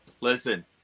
Listen